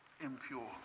impure